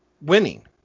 winning